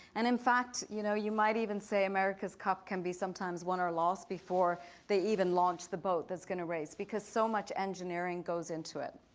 and in fact, you know you might even say america's cup can be sometimes won or loss before they even launch the boat that's going to race because so much engineering goes into it.